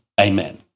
Amen